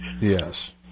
Yes